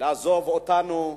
לעזוב אותנו,